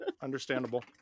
understandable